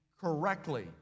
correctly